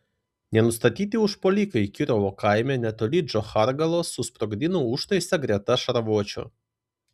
nenustatyti užpuolikai kirovo kaime netoli džochargalos susprogdino užtaisą greta šarvuočio